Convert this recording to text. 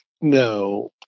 No